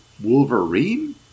wolverine